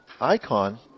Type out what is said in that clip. Icon